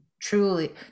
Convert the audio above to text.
truly